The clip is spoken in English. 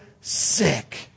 sick